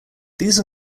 these